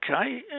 okay